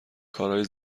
کارای